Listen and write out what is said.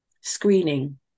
screening